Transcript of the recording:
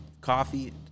coffee